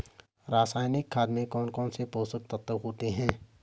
रासायनिक खाद में कौन कौन से पोषक तत्व होते हैं?